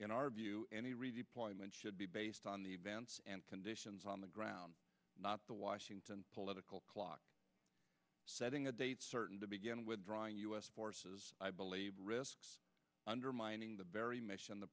in our view any redeployment should be based on the events and conditions on the ground not the washington political clock setting a date certain to begin withdrawing u s forces i believe risk undermining the very mission the